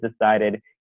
decided